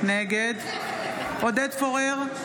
נגד עודד פורר,